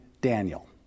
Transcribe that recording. Daniel